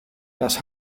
das